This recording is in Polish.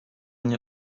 nie